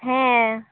ᱦᱮᱸ